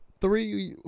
three